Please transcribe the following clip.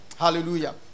Hallelujah